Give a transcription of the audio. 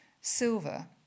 silver